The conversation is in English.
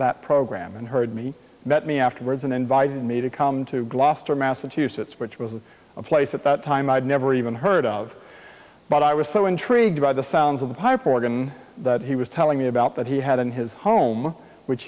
that program and heard me met me afterwards and invited me to come to gloucester massachusetts which was of a place at that time i had never even heard of but i was so intrigued by the sounds of the pipe organ that he was telling me about that he had in his home which